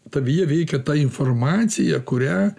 tavyje veikia ta informacija kurią